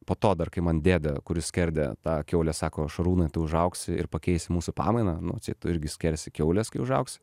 po to dar kai man dėdė kuris skerdė tą kiaulę sako šarūnai tu užaugsi ir pakeisi mūsų pamainą nu atseit tu irgi skersi kiaules kai užaugsi